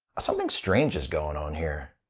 something strange is going on here.